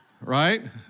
right